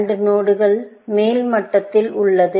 AND நோடுகள் மேல் மட்டத்தில் உள்ளது